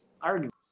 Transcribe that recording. argument